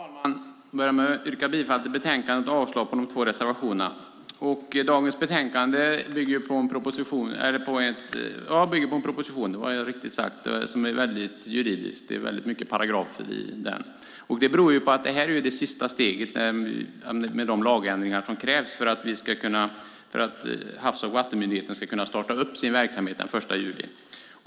Fru talman! Jag börjar med att yrka bifall till utskottets förslag i betänkandet och avslag på reservationerna. Det betänkande vi i dag debatterar bygger på en proposition. Det är väldigt juridiskt och många paragrafer i den. Det beror på att det är det sista steget med de lagändringar som krävs för att Havs och vattenmyndigheten ska kunna starta sin verksamhet den 1 juli.